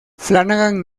flanagan